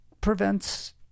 prevents